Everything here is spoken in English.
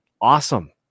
Awesome